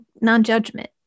non-judgment